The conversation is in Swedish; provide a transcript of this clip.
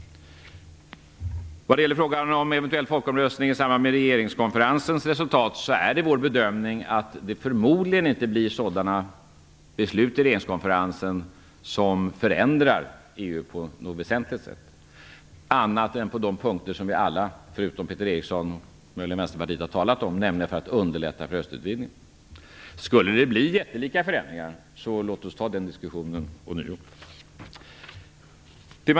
Vad gäller frågan om en eventuell folkomröstning i samband med regeringskonferensens resultat är det vår bedömning att det förmodligen inte blir sådana beslut i regeringskonferensen som förändrar EU på något väsentligt sätt annat än på de punkter som vi alla, förutom Peter Eriksson och möjligen Vänsterpartiet, har talat om, nämligen för att underlätta för östutvidgningen. Låt oss ta den diskussionen ånyo om det skulle bli jättelika förändringar.